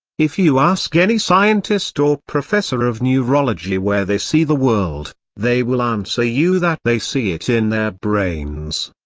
if you ask any scientist or professor of neurology where they see the world, they will answer you that they see it in their brains.